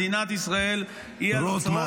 מדינת ישראל -- רוטמן,